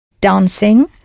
dancing